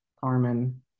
Carmen